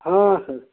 हाँ सर